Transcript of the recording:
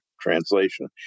translation